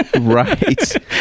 Right